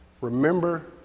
remember